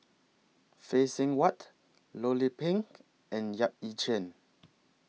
Phay Seng Whatt Loh Lik Peng and Yap Ee Chian